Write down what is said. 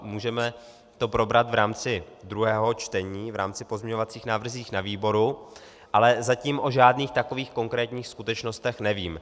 Můžeme to probrat v rámci druhého čtení, v rámci pozměňovacích návrhů na výboru, ale zatím o žádných takových konkrétních skutečnostech nevím.